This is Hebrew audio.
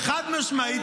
-- שחד-משמעית,